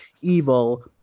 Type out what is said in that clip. evil